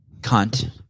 cunt